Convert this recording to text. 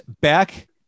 back